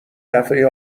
دفعه